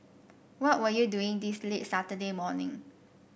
what were you doing this late Saturday morning